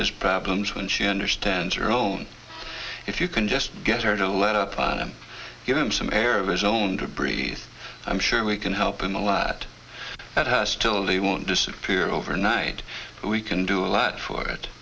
his problems when she understands her own if you can just get her to let up on him give him some air over zoned a breeze i'm sure we can help him a lot that hostility won't disappear overnight but we can do a lot for it